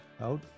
out